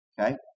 Okay